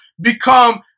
become